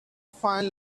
find